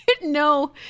No